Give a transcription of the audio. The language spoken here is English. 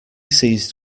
seized